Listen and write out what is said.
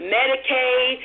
Medicaid